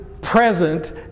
present